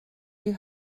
you